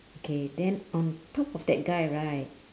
okay then on top of that guy right